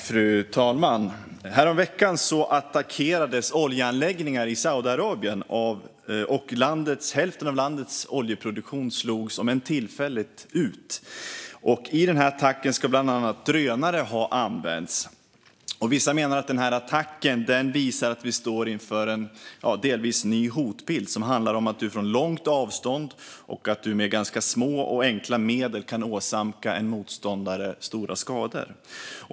Fru talman! Häromveckan attackerades oljeanläggningar i Saudiarabien och hälften av landets oljeproduktion slogs, om än tillfälligt, ut. I attacken ska bland annat drönare ha använts. Vissa menar att attacken visar att vi står inför en delvis ny hotbild, som handlar om att du från långt avstånd och med ganska små och enkla medel kan åsamka en motståndare stora skador.